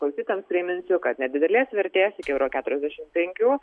klausytojams priminsiu kad nedidelės vertės iki euro keturiasdešim penkių